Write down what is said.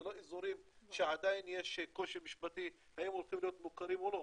זה לא אזורים שעדיין יש קושי משפטי האם הם הולכים להיות מוכרים או לא,